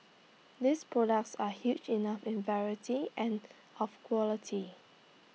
these products are huge enough in variety and of quality